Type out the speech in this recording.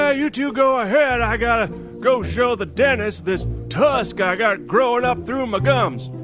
ah you two go ahead. i got to go show the dentist this tusk i got growing up through my gums.